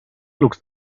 looks